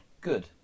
good